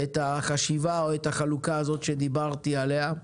את החשיבה או את החלוקה הזאת שדיברתי עליה.